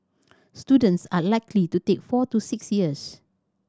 students are likely to take four to six years